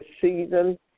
season